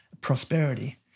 prosperity